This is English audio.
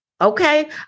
Okay